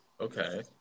Okay